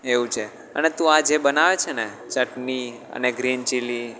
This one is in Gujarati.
એવું છે અને તું આ જે બનાવે છે ને ચટણી અને ગ્રીન ચીલી